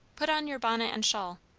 put on your bonnet and shawl.